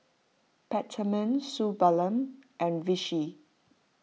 Peptamen Suu Balm and Vichy